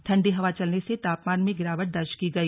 ठंडी हवा चलने से तापमान में गिरावट दर्ज की गई